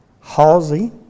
Halsey